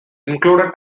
included